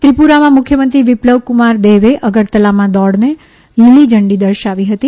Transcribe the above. ત્રિપુરામાં મુખ્યમંત્રી વિપ્લવકુમાર દેવે અગરતલામાં દોડને લીલીઝંડી દર્શાવી હતી